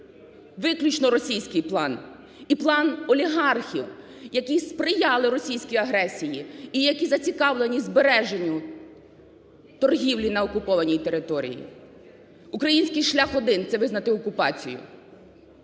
Виключно російський план! І план олігархів, які сприяли російській агресії і які зацікавлені збереженню торгівлі на окупованій території. Український шлях один – це визнати окупацію.